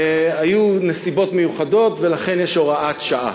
היו נסיבות מיוחדות, ולכן יש הוראת שעה.